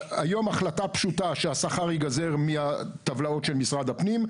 היום החלטה פשוטה שהשכר ייגזר מהטבלאות של משרד הפנים,